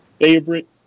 favorite